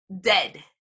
dead